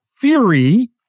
theory